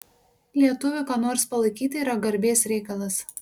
lietuviui ką nors palaikyti yra garbės reikalas